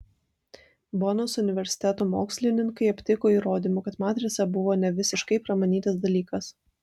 bonos universiteto mokslininkai aptiko įrodymų kad matrica buvo ne visiškai pramanytas dalykas